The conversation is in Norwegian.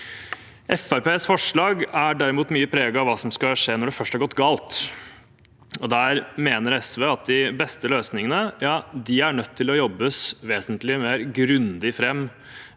forslag er derimot mye preget av hva som skal skje når det først har gått galt. SV mener at de beste løsningene er vi nødt til å jobbe vesentlig grundigere